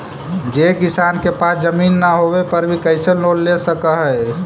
जे किसान के पास जमीन न होवे पर भी कैसे लोन ले सक हइ?